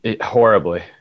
Horribly